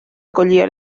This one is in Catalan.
acollia